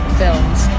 films